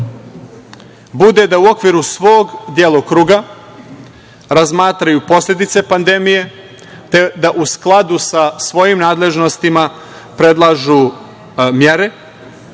bude da u okviru svog delokruga razmatraju posledice pandemije, te da u skladu sa svojim nadležnostima predlažu mere